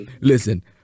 listen